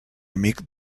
amic